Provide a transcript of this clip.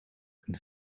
een